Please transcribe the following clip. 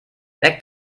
weg